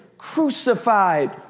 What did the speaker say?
crucified